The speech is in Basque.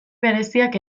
bereziak